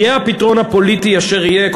יהיה הפתרון הפוליטי אשר יהיה,